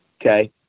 Okay